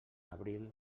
abril